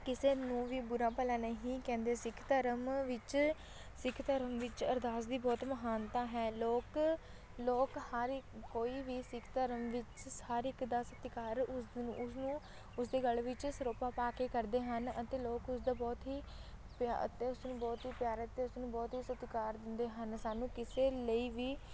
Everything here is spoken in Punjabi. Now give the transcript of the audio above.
ਕਿਸੇ ਨੂੰ ਵੀ ਬੁਰਾ ਭਲਾ ਨਹੀਂ ਕਹਿੰਦੇ ਸਿੱਖ ਧਰਮ ਵਿੱਚ ਸਿੱਖ ਧਰਮ ਵਿੱਚ ਅਰਦਾਸ ਦੀ ਬਹੁਤ ਮਹਾਨਤਾ ਹੈ ਲੋਕ ਲੋਕ ਹਰ ਈ ਕੋਈ ਵੀ ਸਿੱਖ ਧਰਮ ਵਿੱਚ ਸ ਹਰ ਇੱਕ ਦਾ ਸਤਿਕਾਰ ਉਸ ਨੂੰ ਉਸਨੂੰ ਉਸਦੇ ਗਲ ਵਿੱਚ ਸਰੋਪਾ ਪਾ ਕੇ ਕਰਦੇ ਹਨ ਅਤੇ ਲੋਕ ਉਸ ਦਾ ਬਹੁਤ ਹੀ ਪਿ ਅਤੇ ਉਸਨੂੰ ਬਹੁਤ ਹੀ ਪਿਆਰ ਅਤੇ ਉਸਨੂੰ ਬਹੁਤ ਹੀ ਸਤਿਕਾਰ ਦਿੰਦੇ ਹਨ ਸਾਨੂੰ ਕਿਸੇ ਲਈ ਵੀ